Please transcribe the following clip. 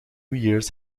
years